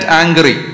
angry